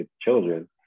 children